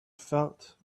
felt